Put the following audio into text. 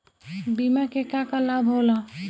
बिमा के का का लाभ होला?